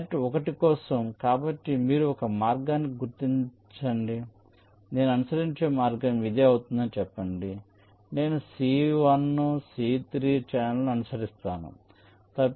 కాబట్టి నెట్ 1 కోసం కాబట్టి మీరు ఒక మార్గాన్ని గుర్తించండి నేను అనుసరించే మార్గం ఇదే అవుతుందని చెప్పండి అంటే నేను C1 C3 ఛానెళ్లను అనుసరిస్తాను